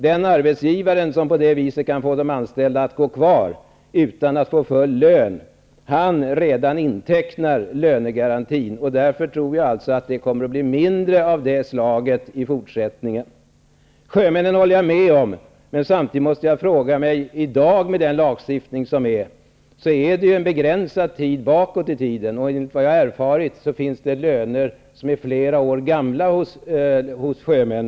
Den arbetsgivare som på det viset kan få anställda att gå kvar utan att få full lön intecknar redan då lönegarantin. Därför tror jag att det kommer att bli mindre av sådant här i fortsättningen. Jag håller med om det som sagts när det gäller sjömän och lönegarantilagstiftning. Med dagens lagstiftning täcks en begränsad tid bakåt. Enligt min erfarenhet kan det emellertid handla om fler år gamla lönkrav när det gäller sjömän.